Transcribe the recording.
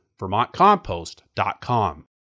VermontCompost.com